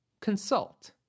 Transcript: consult